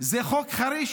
זה חוק חריש.